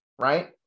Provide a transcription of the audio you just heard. right